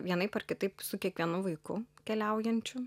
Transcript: vienaip ar kitaip su kiekvienu vaiku keliaujančiu